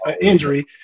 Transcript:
injury